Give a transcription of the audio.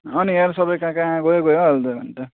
अँ नि यार सबै कहाँ कहाँ गयो गयो अहिल त घन्टा